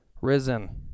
risen